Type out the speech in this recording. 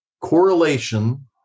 correlation